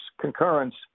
concurrence